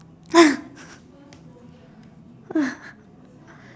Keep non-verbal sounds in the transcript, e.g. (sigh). (laughs)